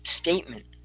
statement